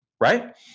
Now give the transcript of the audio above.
right